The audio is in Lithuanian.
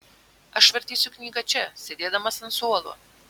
aš vartysiu knygą čia sėdėdamas ant suolo